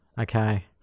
Okay